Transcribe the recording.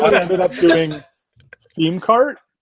but ended up doing theme cart,